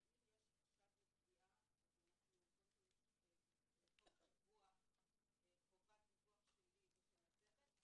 אם יש חשש לפגיעה יש קודם כל חובת דיווח שלי ושל הצוות.